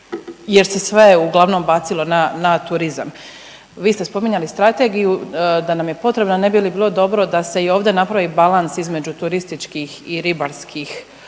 jer se sve uglavnom bacilo na turizam? Vi ste spominjali strategiju da nam je potrebna, ne bi li bilo dobro da se i ovdje napravi balans između turističkih i ribarskih